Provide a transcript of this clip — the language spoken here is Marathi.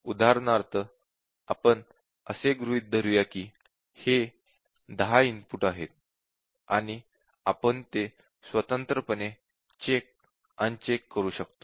उदाहरणार्थ आपण असे गृहीत धरूया की हे 10 इनपुट आहेत आणि आपण ते स्वतंत्रपणे चेक अनचेक करू शकतो